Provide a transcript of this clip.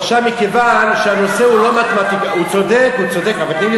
עכשיו, מכיוון שהנושא הוא לא מתמטיקה, מה "נכון"?